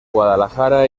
guadalajara